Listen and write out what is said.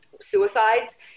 suicides